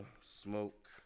smoke